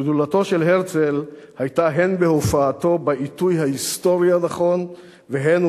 גדולתו של הרצל היתה הן בהופעתו בעיתוי ההיסטורי הנכון והן,